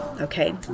okay